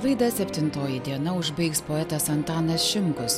laidą septintoji diena užbaigs poetas antanas šimkus